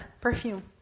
perfume